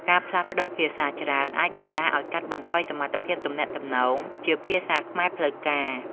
ការផ្លាស់ប្ដូរភាសាច្រើនអាចបណ្តាលឲ្យកាត់បន្ថយសមត្ថភាពទំនាក់ទំនងជាភាសាខ្មែរផ្លូវការ។